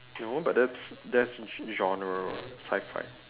no but that's that's genre sci-fi